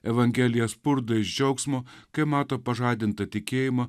evangelija spurda iš džiaugsmo kai mato pažadintą tikėjimą